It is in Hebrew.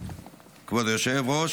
כבוד היושב-ראש,